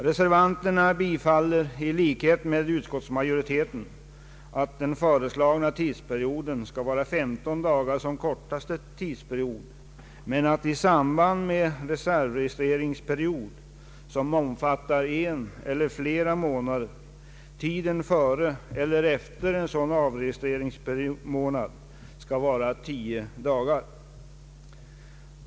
Reservanterna tillstyrker, i likhet med utskottsmajoriteten, att den föreslagna tidsperioden skall vara 15 dagar som kortaste tidsperiod, men att i samband med reservavregistreringsperiod, som omfattar en eller flera månader, tiden före eller efter sådan registreringsmånad skall vara 10 dagar.